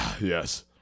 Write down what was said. Yes